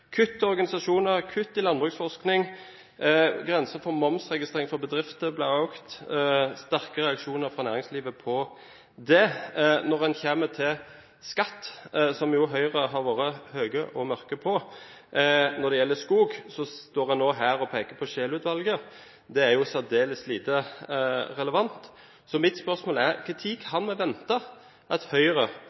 kutt i organisasjoner, kutt i landbruksforskning. Grensen for momsregistrering for bedrifter ble økt – det var sterke reaksjoner fra næringslivet på det. Når en kommer til skatt, som jo Høyre har vært høye og mørke på når det gjelder skog, står en nå her og peker på Scheel-utvalget. Det er særdeles lite relevant. Mitt spørsmål er: Når kan vi vente at Høyre